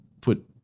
put